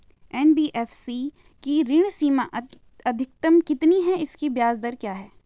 NBFC की ऋण सीमा अधिकतम कितनी है इसकी ब्याज दर क्या है?